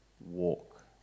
walk